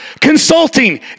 consulting